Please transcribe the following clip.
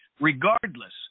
Regardless